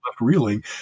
reeling